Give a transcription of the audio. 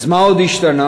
אז מה עוד השתנה?